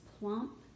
plump